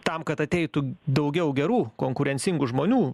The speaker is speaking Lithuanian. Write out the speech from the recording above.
tam kad ateitų daugiau gerų konkurencingų žmonių